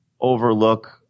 overlook